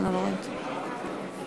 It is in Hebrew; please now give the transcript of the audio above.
גברתי היושבת-ראש,